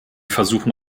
versuchen